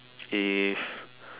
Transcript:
if